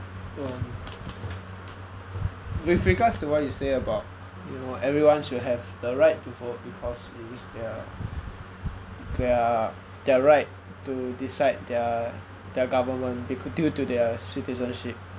mm with regards to what you say about you know everyone should have the right to vote because it it's their their their right to decide their their government it could due to their citizenship